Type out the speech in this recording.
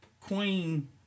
queen